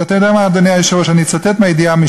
אתה יודע מה, אדוני היושב-ראש, אני אצטט מהידיעה: